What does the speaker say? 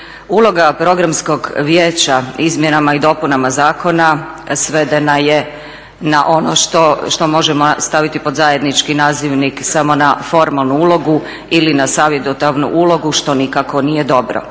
Uloga programskog vijeća izmjenama i dopunama zakona svedena je na ono što možemo staviti pod zajednički nazivnik samo na formalnu ulogu ili na savjetodavnu ulogu što nikako nije dobro.